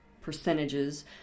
percentages